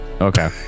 Okay